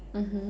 mmhmm